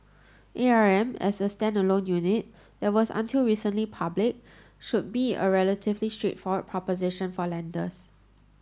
A R M as a standalone unit that was until recently public should be a relatively straightforward proposition for lenders